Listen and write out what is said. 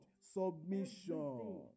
Submission